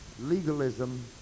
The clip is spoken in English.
Legalism